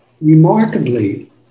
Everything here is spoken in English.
Remarkably